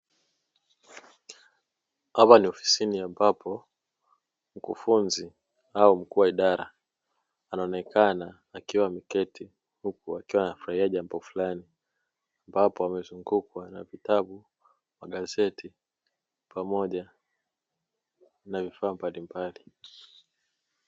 Hapa ni ofisini ambapo mkufunzi au mkuu wa idara anaonekana akiwa ameketi huku akiwa anafanya jambo fulani ambapo amezungukwa na vitabu, magazeti pamoja na vifaa mbalimbali.